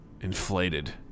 inflated